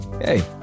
Hey